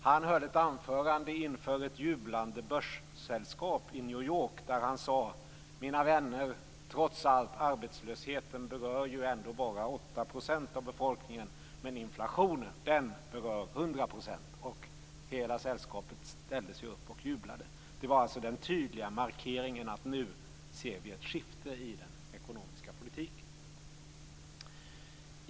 Han höll ett anförande inför ett jublande börssällskap i New York, där han sade: Mina vänner, trots allt berör ju arbetslösheten ändå bara 8 % av befolkningen, men inflationen den berör 100 %. Hela sällskapet ställde sig upp och jublade. Det var alltså den tydliga markeringen att nu kunde man se ett skifte i den ekonomiska politiken.